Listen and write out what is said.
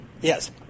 Yes